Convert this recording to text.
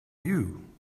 you